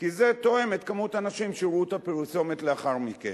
כי זה תואם את מספר האנשים שיראו את הפרסומת לאחר מכן.